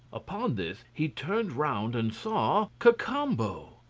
upon this he turned round and saw cacambo!